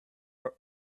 are